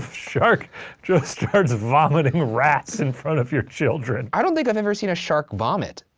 shark just starts vomiting rats in front of your children. i don't think i've ever seen a shark vomit.